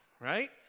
right